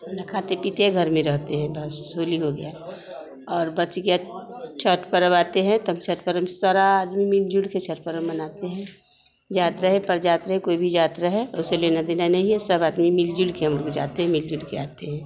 न खाते पीते हैं घर में रहते हैं बस होली हो गया और बच गया छठ पर्व आते है तो हम छठ पर्व सारा मिलजुल कर छठ पर्व मनाते हैं जात रहे परजात रहे कोई भी जात रहे उसे लेना देना नहीं है सब अपनी मिल जुल कर हम लोग जाते हैं मिल जुल के आते हैं